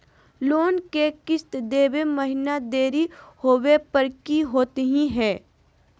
Loan के किस्त देवे महिना देरी होवे पर की होतही हे?